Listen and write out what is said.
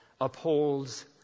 upholds